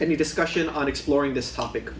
any discussion on exploring this topic